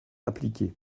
appliqué